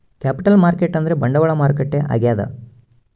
capital market ಅಂದ್ರ ಬಂಡವಾಳ ಮಾರುಕಟ್ಟೆ ಆಗ್ಯಾದ